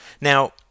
Now